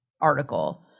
article